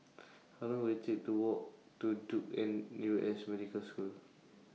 How Long Will IT Take to Walk to Duke N U S Medical School